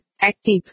Active